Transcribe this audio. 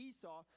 Esau